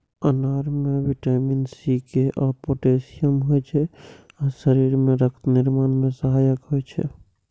अनार मे vitamin C, K आ पोटेशियम होइ छै आ शरीर मे रक्त निर्माण मे सहायक होइ छै